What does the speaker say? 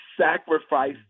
sacrifice